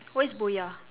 what is boya